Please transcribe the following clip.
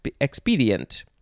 expedient